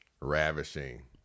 ravishing